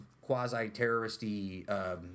quasi-terrorist-y